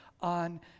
on